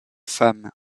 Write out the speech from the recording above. femmes